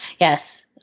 Yes